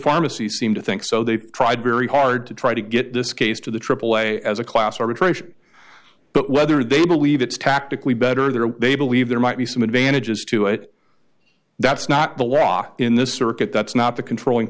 pharmacies seem to think so they've tried very hard to try to get this case to the triple a as a class arbitration but whether they believe it's tactically better than they believe there might be some advantages to it that's not the law in this circuit that's not the controlling